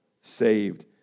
saved